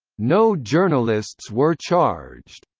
no journalists were charged.